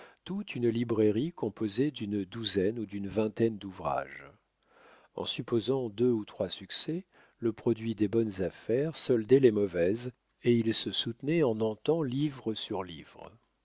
toute une librairie composée d'une douzaine ou d'une vingtaine d'ouvrages en supposant deux ou trois succès le produit des bonnes affaires soldait les mauvaises et ils se soutenaient en entant livre sur livre